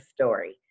story